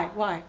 why